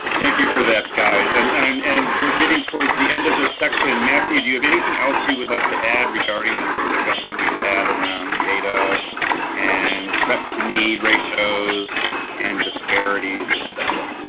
thank you for that guys, and and and we're getting towards the end of this session. matthew, do you have anything else you would like to add regarding this discussion we've had around around data and prep-to-need ratios and disparities, etc?